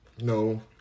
no